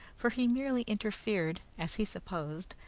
for he merely interfered, as he supposed,